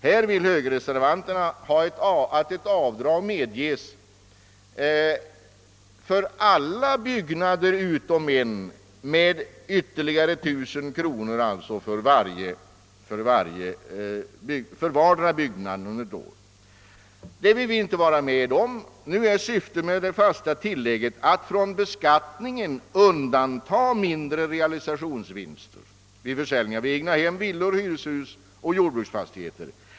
Här vill högerreservanterna att ett avdrag medges för alla byggnader utom en med ytterligare 1000 kronor för vardera byggnaden under ett år. Detta vill vi inte vara med om. Syftet med det fasta tillägget är att från beskattningen undanta mindre realisationsvinster vid försäljning av egendom, villor, hyreshus och jordbruksfastigheter.